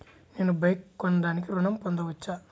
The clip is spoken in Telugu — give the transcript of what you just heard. నేను బైక్ కొనటానికి ఋణం పొందవచ్చా?